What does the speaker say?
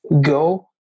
go